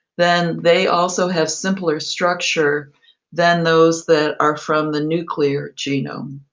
then they also have simpler structures than those that are from the nuclear genome.